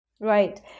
Right